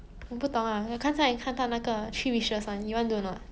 我不懂 ah 刚才有看到那个 three wishes you want do or not